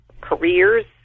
careers